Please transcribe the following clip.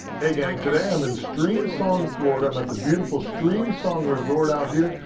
hey, gang. today i'm in streamsong, florida. i'm at the beautiful streamsong resort out here.